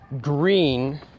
green